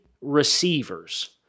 receivers